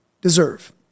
deserve